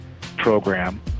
program